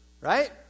right